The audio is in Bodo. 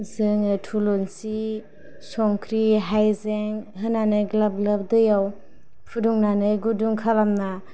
जोङो थुलुंसि संख्रि हाइजें होनानै ग्लाब ग्लाब दैआव फुदुंनानै गुदुं खालामना